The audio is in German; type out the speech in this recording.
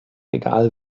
egal